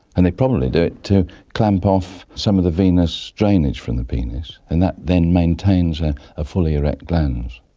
and they probably do it to clamp off some of the venous drainage from the penis and that then maintains a fully erect glans.